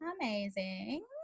amazing